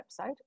website